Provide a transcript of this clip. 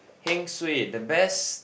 heng suay the best